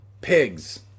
pigs